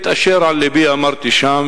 את אשר על לבי אמרתי שם,